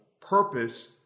purpose